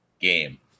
game